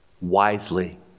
wisely